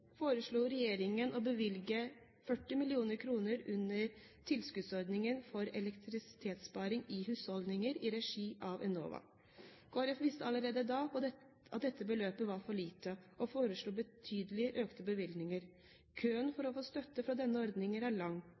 foreslo regjeringen å bevilge 40 mill. kr under tilskuddsordningen for elektrisitetssparing i husholdninger i regi av Enova. Kristelig Folkeparti visste allerede da at dette beløpet var for lite, og foreslo betydelig økte bevilgninger. Køen for å få støtte fra denne ordningen er lang,